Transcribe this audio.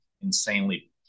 insanely